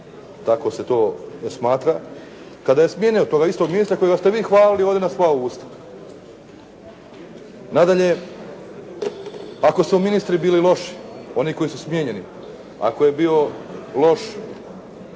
tako se to smatra, kada je smijenio toga istog ministra, kojega ste vi hvalili ovdje na sva usta. Nadalje, ako su ministri bili loši, oni koji su smijenjeni, ako je bio loš